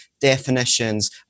definitions